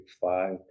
five